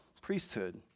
priesthood